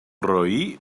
roí